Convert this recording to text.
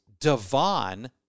Devon